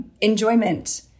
enjoyment